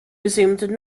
resumed